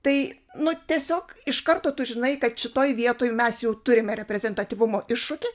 tai nu tiesiog iš karto tu žinai kad šitoj vietoj mes jau turime reprezentatyvumo iššūkį